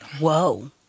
Whoa